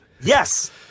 Yes